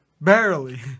Barely